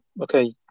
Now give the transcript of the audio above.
okay